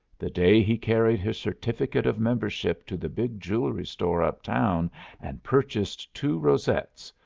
the day he carried his certificate of membership to the big jewelry store uptown and purchased two rosettes,